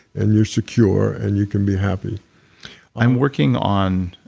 and you're secure, and you can be happy i'm working on